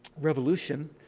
revolution.